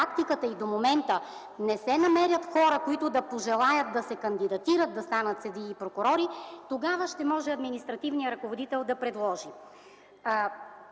места не се намерят хора, които да пожелаят да се кандидатират да станат съдии и прокурори, тогава административният ръководител ще може да предложи.